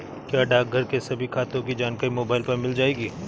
क्या डाकघर के सभी खातों की जानकारी मोबाइल पर मिल जाएगी?